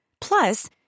Plus